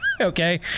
Okay